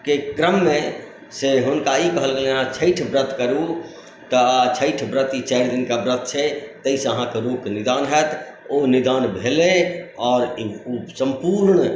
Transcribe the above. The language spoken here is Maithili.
के क्रममे से हुनका ई कहल गेलनि जे अहाँ छठि व्रत करू तऽ छठि व्रत ई चारि दिनका व्रत छै ताहिसँ अहाँके रोगके निदान होयत ओ निदान भेलै आओर ई सम्पूर्ण